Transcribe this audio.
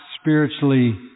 spiritually